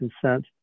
consent